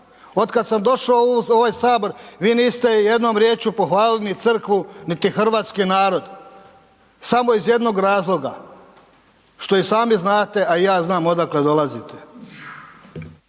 Otkad sam došao u ovaj Sabor, vi niste jednom riječju pohvalili ni Crkvu niti hrvatski narod. Samo iz jednog razloga. Što i sami znate, a i ja znam odakle dolazite.